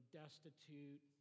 destitute